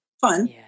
Fun